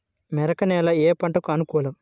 మెరక నేల ఏ పంటకు అనుకూలం?